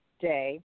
day